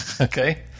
Okay